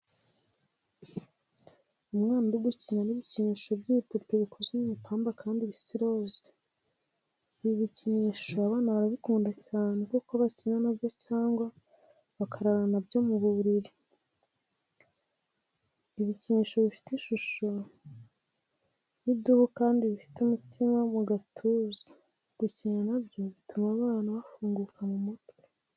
Umwana uri gukina n'ibikinisho by'ibipupe bikoze mu ipamba kandi bisa iroza, ibi bikinisho abana barabikunda cyane kuko bakina na byo cyangwa bakararana na byo mu buriri. Ibikinisho bifite ishusho y'idubu kandi bifite umutima mu gatuza, gukina na byo bituma abana bafunguka mu mutwe.